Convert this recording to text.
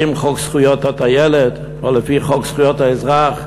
האם חוק זכויות הילד או חוק זכויות האזרח,